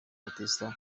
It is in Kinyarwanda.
baptiste